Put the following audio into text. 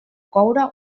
coure